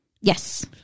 yes